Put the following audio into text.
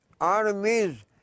armies